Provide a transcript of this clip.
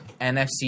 nfc